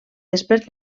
després